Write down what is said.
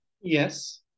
yes